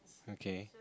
okay